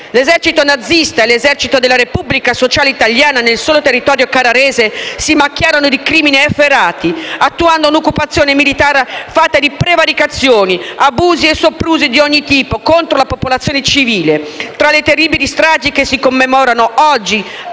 L'esercito nazista e l'esercito della Repubblica Sociale Italiana nel solo territorio carrarese si macchiarono di crimini efferati, attuando un'occupazione militare fatta di prevaricazioni, abusi e soprusi di ogni tipo contro la popolazione civile. Tra le terribili stragi che si commemorano ogni